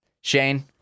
Shane